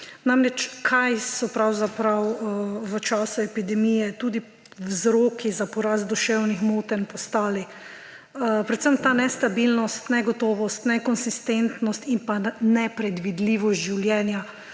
Namreč, kaj so pravzaprav v času epidemije tudi vzroki za porast duševnih motenj postali? Predvsem ta nestabilnost, negotovost, nekonsistentnost in nepredvidljivost življenja.